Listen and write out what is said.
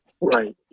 right